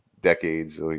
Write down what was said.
decades